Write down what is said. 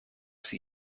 sie